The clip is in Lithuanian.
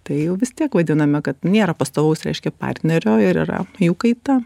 tai jau vis tiek vadiname kad nėra pastovaus reiškia partnerio ir yra jų kaita